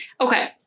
Okay